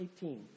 18